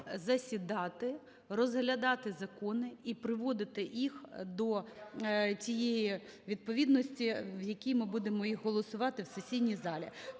засідати, розглядати закони і приводити їх до тієї відповідності, в якій ми будемо їх голосувати в сесійній залі.